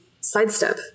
sidestep